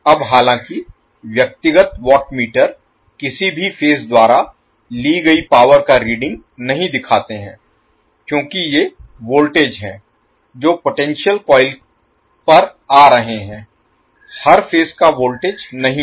अब हालांकि व्यक्तिगत वाट मीटर किसी भी फेज द्वारा ली गई पावर का रीडिंग नहीं दिखाते हैं क्योंकि ये वोल्टेज हैं जो पोटेंशियल कॉइल पर आ रहे हैं हर फेज का वोल्टेज नहीं है